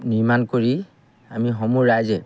নিৰ্মাণ কৰি আমি সমূহ ৰাইজে